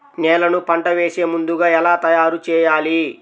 నేలను పంట వేసే ముందుగా ఎలా తయారుచేయాలి?